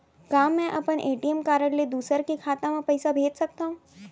का मैं अपन ए.टी.एम कारड ले दूसर के खाता म पइसा भेज सकथव?